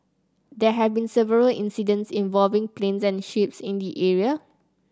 there have been several incidents involving planes and ships in the area